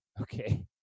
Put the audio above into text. Okay